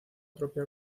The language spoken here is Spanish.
propia